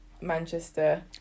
Manchester